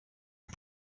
and